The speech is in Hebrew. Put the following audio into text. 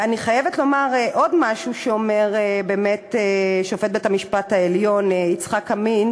אני חייבת לומר עוד משהו שאומר שופט בית-המשפט העליון יצחק עמית: